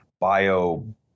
bio